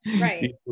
Right